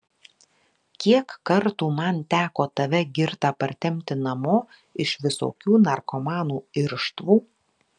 kiek kartų man teko tave girtą partempti namo iš visokių narkomanų irštvų